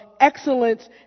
excellence